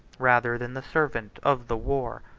rather than the servant, of the war.